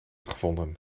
gevonden